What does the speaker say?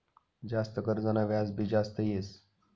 जास्त कर्जना व्याज भी जास्त येस